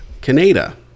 canada